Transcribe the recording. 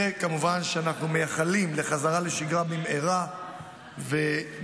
וכמובן שאנחנו מייחלים לחזרה לשגרה במהרה ונמשיך